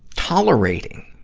tolerating